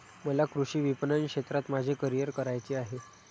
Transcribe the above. मला कृषी विपणन क्षेत्रात माझे करिअर करायचे आहे